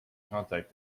contact